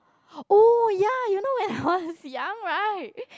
oh ya you know when I was young right